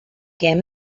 què